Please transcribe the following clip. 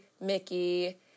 Mickey